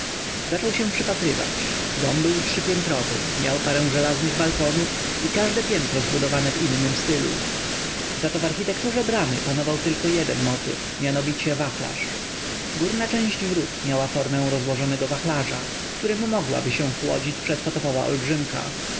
zaczął się przypatrywać dom był trzypiętrowy miał parę żelaznych balkonów i każde piętro zbudowane w innym stylu za to w architekturze bramy panował jeden tylko motyw mianowicie wachlarz górna część wrót miała formę rozłożonego wachlarza którym mogłaby się chłodzić przedpotopowa olbrzymka